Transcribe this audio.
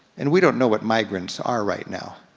and we don't know what migrants are right now.